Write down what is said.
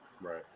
Right